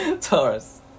Taurus